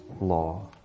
law